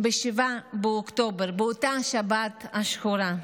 ב-7 באוקטובר, באותה שבת שחורה.